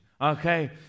okay